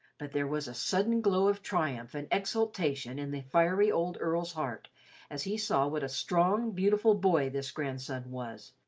but there was a sudden glow of triumph and exultation in the fiery old earl's heart as he saw what a strong, beautiful boy this grandson was,